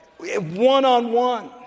one-on-one